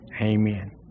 amen